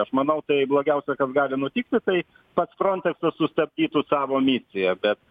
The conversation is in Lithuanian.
aš manau tai blogiausia kad gali nutikti tai pats frontą sustabdytų savo misiją bet